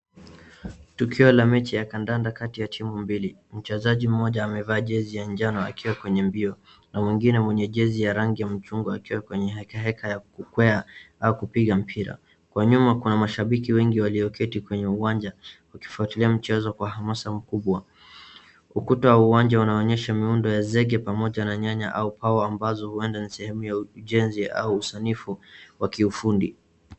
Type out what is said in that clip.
Tukio la mechi ya kandanda kati ya timu mbili, mchezaji mmoja amevaa jezi ya njano akiwa kwenye mbio na mwingine mwenye jezi ya rangi ya machungwa akiwa kwenye heka heka ya kukweya au kupiga mpira. Kwa nyuma kuna mashabiki wengi walioketi kwenye uwanja wakifuatilia mchezo kwa hasama mkubwa. Ukuta wa uwanja unaonyesha miundo ya zege pamoja na nyanya ambazo pawa huenda ni sehemu ya ujenzi au usanifu wa kiufundi.